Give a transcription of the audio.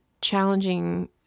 challenging